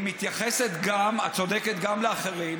היא מתייחסת, את צודקת, גם לאחרים,